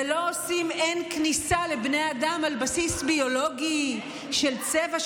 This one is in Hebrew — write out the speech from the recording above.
ולא קובעים שאין כניסה לבני אדם על בסיס ביולוגי של צבע,